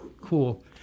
cool